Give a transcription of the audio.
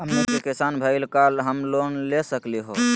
हमनी के किसान भईल, का हम लोन ले सकली हो?